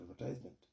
advertisement